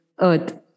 Earth